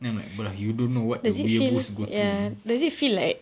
then I'm like bro you don't know what the weeaboos go through